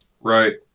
Right